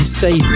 stay